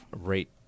rate